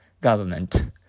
government